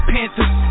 Panthers